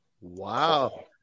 Wow